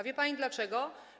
Wie pani dlaczego?